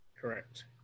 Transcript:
Correct